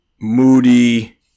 Moody